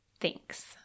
Thanks